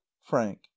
Frank